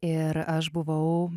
ir aš buvau